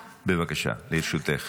בבקשה, לרשותך.